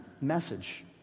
message